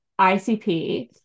ICP